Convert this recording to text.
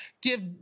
give